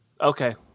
Okay